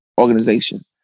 organization